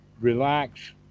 Relax